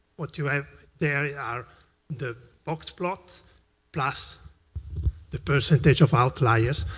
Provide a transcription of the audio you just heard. what you have there are the ox plots plus the presentation of outliers,